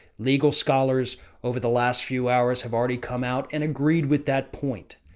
legal scholars over the last few hours have already come out and agreed with that point.